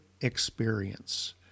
Experience